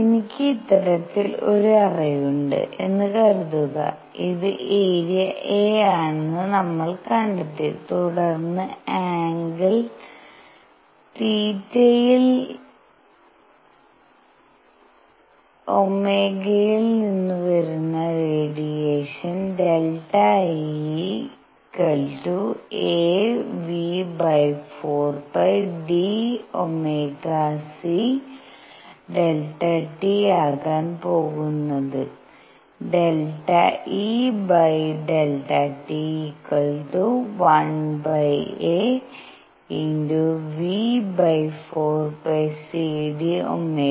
എനിക്ക് ഇത്തരത്തിൽ ഒരു അറയുണ്ട് എന്ന് കരുതുക ഇത് ഏരിയ a ആണെന്ന് നമ്മൾ കണ്ടെത്തി തുടർന്ന് ആംഗിൾ θ യിൽ Ω ൽ നിന്നു വരുന്ന radiation ΔEαυ4π d Ωc Δ t ആകാൻ പോകുന്നത് ∆E∆T 1aυ4πcd Ω ആണ്